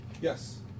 Yes